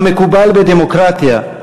כמקובל בדמוקרטיה,